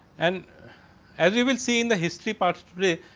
and as you will see in the history parts today